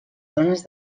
dones